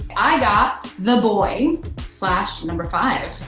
i got the boy slash number five.